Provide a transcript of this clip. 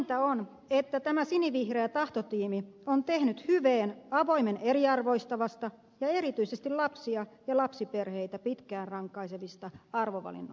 pahinta on että tämä sinivihreä tahtotiimi on tehnyt avoimen eriarvoistavista ja erityisesti lapsia ja lapsiperheitä pitkään rankaisevista arvovalinnoistaan hyveen